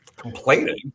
complaining